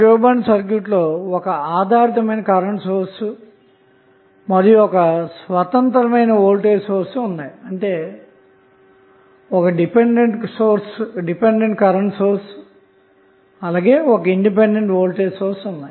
ఇవ్వబడిన సర్క్యూట్ లో ఒక ఆధారితమైన కరెంటు సోర్స్ మరియు ఒక స్వతంత్రమైన వోల్టేజ్ సోర్స్ కలవు